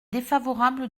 défavorable